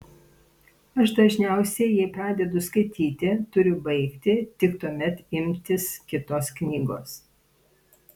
aš dažniausiai jei pradedu skaityti turiu baigti tik tuomet imtis kitos knygos